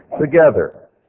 together